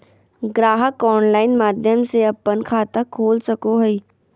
ग्राहक ऑनलाइन माध्यम से अपन खाता खोल सको हइ